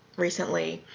recently